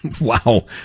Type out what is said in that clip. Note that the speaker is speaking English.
Wow